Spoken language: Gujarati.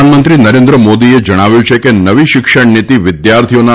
પ્રધાનમંત્રી નરેન્દ્ર મોદીએ જણાવ્યું છે કે નવી શિક્ષણ નિતિ વિદ્યાર્થીઓના